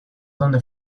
donde